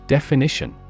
Definition